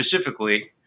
specifically